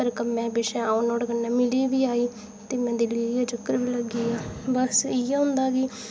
ते कम्में पिच्छें अं'ऊ नुहाड़े कन्नै मिली बी आई ते में दिल्ली दा चक्कर बी लग्गी आ बस इ'यै होंदा के